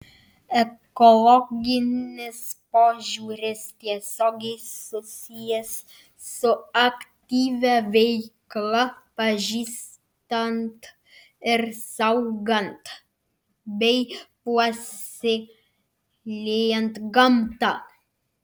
ekologinis požiūris tiesiogiai susijęs su aktyvia veikla pažįstant ir saugant bei puoselėjant gamtą